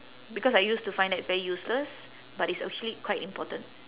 because I used to find that it's very useless but it's actually quite important